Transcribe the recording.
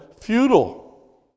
futile